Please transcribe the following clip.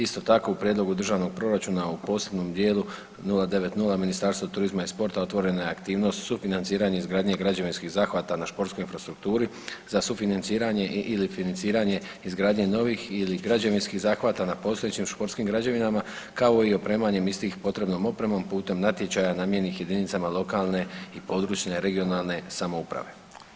Isto tako, u prijedlogu državnog proračuna u posebnom dijelu 090 Ministarstvo turizma i sporta otvorena je aktivnost sufinanciranje izgradnje građevinskih zahvata na športskoj infrastrukturi za sufinanciranje i/ili financiranje izgradnje novih ili građevinskih zahvata na postojećim športskim građevinama kao i opremanje istih potrebnom opremom putem natječaja namijenjenih jedinicama lokalne i područne (regionalne) samouprave.